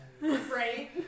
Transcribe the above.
Right